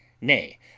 nay